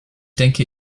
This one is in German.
denke